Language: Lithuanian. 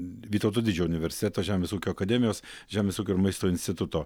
vytauto didžiojo universiteto žemės ūkio akademijos žemės ūkio ir maisto instituto